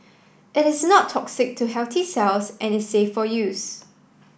it is not toxic to healthy cells and is safe for use